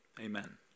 amen